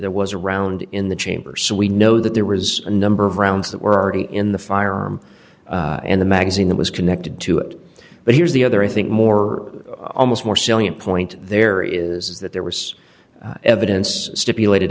there was a round in the chamber so we know that there was a number of rounds that were already in the firearm and the magazine that was connected to it but here's the other i think more almost more salient point there is that there was evidence stipulated